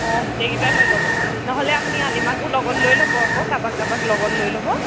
অঁ গোটেইকেইটা লৈ ল'ব নহ'লে আপুনি আলিমাকো লগত লৈ ল'ব আকৌ কাৰোবাক কাৰোবাক লগত লৈ ল'ব